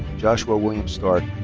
joshua william stark.